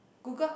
Google